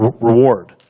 reward